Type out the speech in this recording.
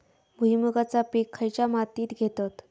भुईमुगाचा पीक खयच्या मातीत घेतत?